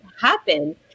happen